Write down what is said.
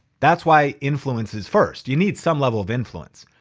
that's why influence is first. you need some level of influence.